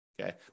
okay